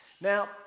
Now